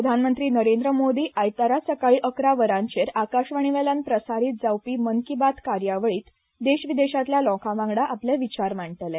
प्रधानमंत्री नरेंद्र मोदी आयतारा सकाळी इकरा वरांचेर आकाशवाणीवेल्यान प्रसारित जावपी मन की बात कार्यावळीत देशविदेशातल्या लोकावांगडा आपले विचार मांडटले